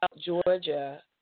Georgia